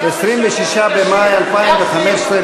26 במאי 2015,